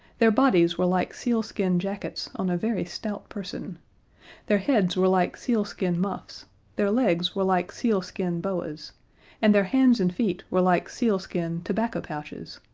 their bodies were like sealskin jackets on a very stout person their heads were like sealskin muffs their legs were like sealskin boas and their hands and feet were like sealskin tobacco pouches.